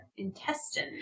Intestine